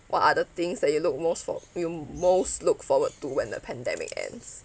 what other things that you look most for you most look forward to when the pandemic ends